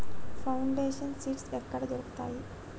Foundation seeds ఎక్కడ దొరుకుతాయి?